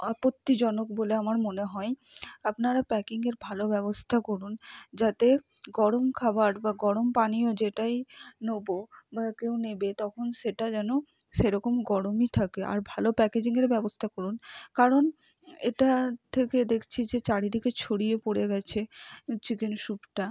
আপত্তিজনক বলে আমার মনে হয় আপনারা প্যাকিংয়ের ভালো ব্যবস্থা করুন যাতে গরম খাবার বা গরম পানীয় যেটাই নোবো বা কেউ নেবে তখন সেটা যেন সেরকম গরমই থাকে আর ভালো প্যাকেজিংয়ের ব্যবস্থা করুন কারণ এটা থেকে দেখছি যে চারিদিকে ছড়িয়ে পড়ে গেছে চিকেন স্যুপটা